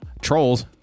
trolls